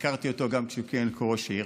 הכרתי אותו גם כשהוא כיהן כראש עיר